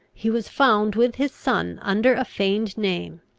he was found with his son, under a feigned name,